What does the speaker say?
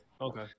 Okay